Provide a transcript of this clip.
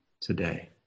today